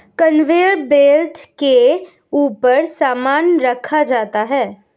conveyor belt के ऊपर सामान रखा जाता है